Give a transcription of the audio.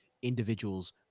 Individuals